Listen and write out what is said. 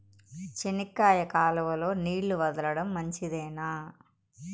చెనక్కాయకు కాలువలో నీళ్లు వదలడం మంచిదేనా?